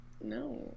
No